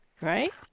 right